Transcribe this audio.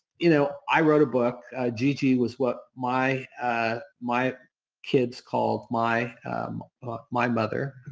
you know i wrote a book. gg was what my ah my kids called my my mother,